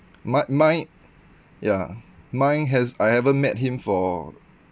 mi~ mine ya mine has I haven't met him for